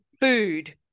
Food